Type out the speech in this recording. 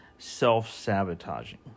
self-sabotaging